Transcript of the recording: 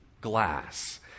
glass